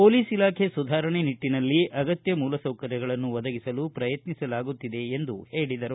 police ಇಲಾಖೆ ಸುಧಾರಣೆ ನಿಟ್ಟನಲ್ಲಿ ಅಗತ್ಯ ಮೂಲಸೌಕರ್ಯಗಳನ್ನು ಒದಗಿಸಲು ಪ್ರಯತ್ನಿಸಲಾಗುತ್ತಿದೆ ಎಂದು ಹೇಳಿದರು